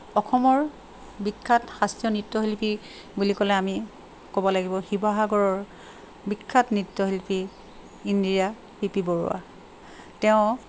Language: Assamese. অসমৰ বিখ্যাত শাস্ত্ৰীয় নৃত্যশিল্পী বুলি ক'লে আমি ক'ব লাগিব শিৱসাগৰৰ বিখ্যাত নৃত্যশিল্পী ইন্দিৰা পি পি বৰুৱা তেওঁ